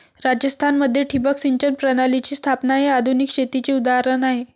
राजस्थान मध्ये ठिबक सिंचन प्रणालीची स्थापना हे आधुनिक शेतीचे उदाहरण आहे